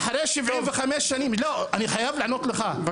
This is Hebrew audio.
אחרי 75 שנים אותו